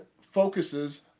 focuses